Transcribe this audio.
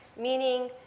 meaning